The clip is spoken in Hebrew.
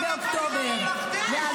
וכולן,